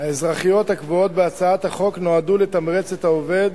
האזרחיות הקבועות בהצעת החוק נועדו לתמרץ את העובד,